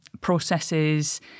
processes